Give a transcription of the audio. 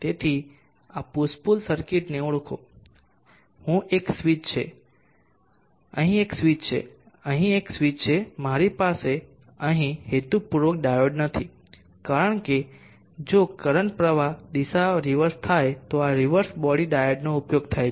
તેથી આ push pull સર્કિટને ઓળખો અહીં એક સ્વીચ છે અહીં એક સ્વીચ છે મારી પાસે અહીં હેતુપૂર્વક ડાયોડ નથી કારણ કે જો કરંટ પ્રવાહ દિશા રીવર્સ થાય તો આ રીવર્સ બોડી ડાયોડનો ઉપયોગ થાય છે